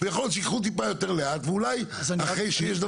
ויכול להיות שיקרו טיפה יותר לאט ואולי אחרי שיש דבר קודם לו.